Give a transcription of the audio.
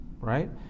right